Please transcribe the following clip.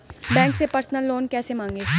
Bank से personal loan कैसे मांगें?